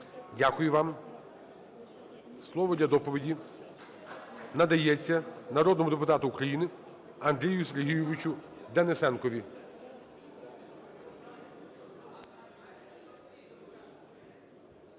Дякую вам. Слово для доповіді надається народному депутату України Андрію Сергійовичу Денисенкові.